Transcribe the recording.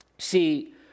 See